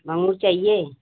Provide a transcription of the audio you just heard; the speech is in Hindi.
माँगुर चाहिए